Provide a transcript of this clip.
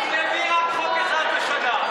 תגנבי רק חוק אחד בשנה.